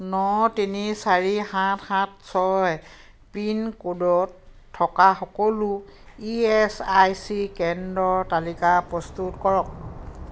ন তিনি চাৰি সাত সাত ছয় পিনক'ডত থকা সকলো ই এছ আই চি কেন্দ্ৰৰ তালিকা প্ৰস্তুত কৰক